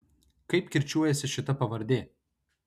kaip kirčiuojasi šita pavardė